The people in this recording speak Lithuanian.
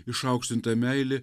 išaukštinta meilė